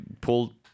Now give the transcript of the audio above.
pulled